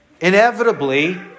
inevitably